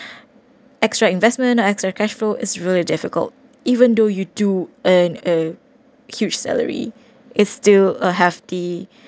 extra investment extra cash flow is really difficult even though you do earn a huge salary is still a hefty